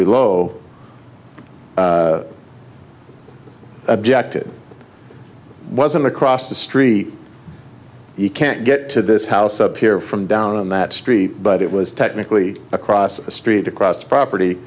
below objected wasn't across the street you can't get to this house up here from down on that street but it was technically across the street across the property